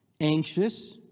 anxious